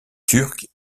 turque